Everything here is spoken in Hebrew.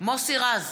מוסי רז,